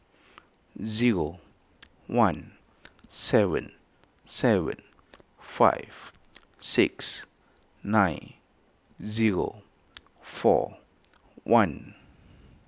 zero one seven seven five six nine zero four one